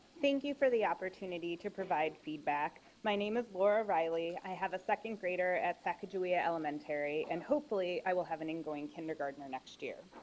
thank you for the opportunity to provide feedback my name is laura riley i have a second grader at sacajawea elementary and hopefully i will have an ingoing kindergarten or next year.